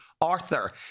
Arthur